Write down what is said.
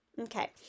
Okay